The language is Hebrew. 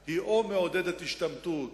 היא או מעודדת השתמטות,